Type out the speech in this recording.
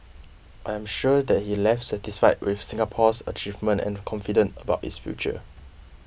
I am sure that he left satisfied with Singapore's achievements and confident about its future